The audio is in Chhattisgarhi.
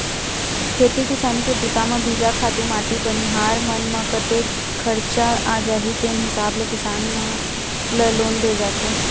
खेती किसानी के बूता म बीजा, खातू माटी बनिहार मन म कतेक खरचा आ जाही तेन हिसाब ले किसान ल लोन दे जाथे